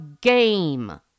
game